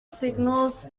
signals